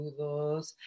Saludos